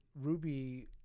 Ruby